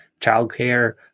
childcare